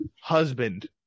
husband